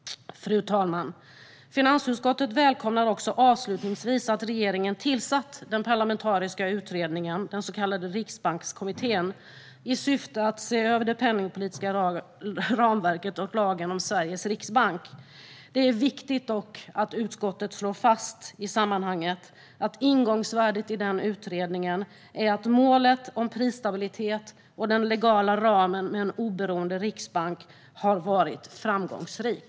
Fru talman! Finansutskottet välkomnar också att regeringen har tillsatt en parlamentarisk utredning, den så kallade Riksbankskommittén, i syfte att se över det penningpolitiska ramverket och lagen om Sveriges riksbank. Det är dock viktigt att utskottet i sammanhanget slår fast att ingångsvärdet i denna utredning är att målet om prisstabilitet och den legala ramen med en oberoende riksbank har varit framgångsrik.